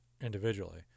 individually